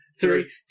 three